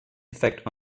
effect